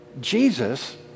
Jesus